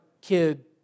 kid